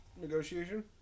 negotiation